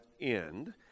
end